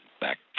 back